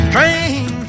Train